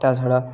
তাছাড়া